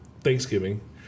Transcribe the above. Thanksgiving